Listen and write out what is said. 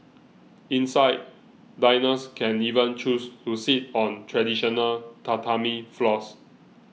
inside diners can even choose to sit on traditional Tatami floors